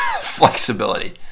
flexibility